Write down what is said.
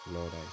Lord